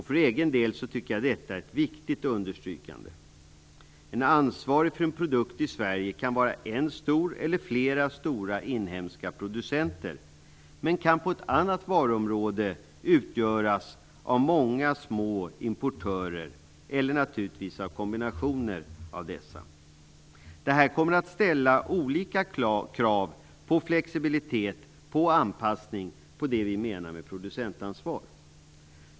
För egen del tycker jag att detta är ett viktigt understrykande. En ansvarig för en produkt i Sverige kan vara en stor eller flera stora inhemska producenter men kan på ett annat varuområde utgöras av många små importörer, eller naturligtvis av kombinationer av dessa. Det här kommer att ställa olika krav på flexibilitet, anpassning, på det vi menar med producentansvar.